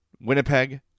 Winnipeg